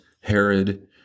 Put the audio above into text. Herod